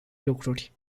lucruri